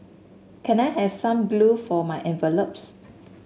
can I have some glue for my envelopes